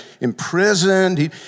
imprisoned